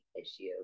issue